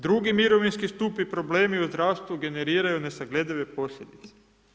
Drugi mirovinski stup i problemi u zdravstvu generiraju nesagledive posljedice.